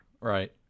Right